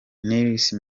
nils